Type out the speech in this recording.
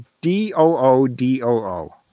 d-o-o-d-o-o